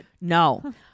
No